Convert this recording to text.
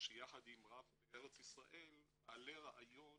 שיחד עם רב בארץ ישראל מעלה רעיון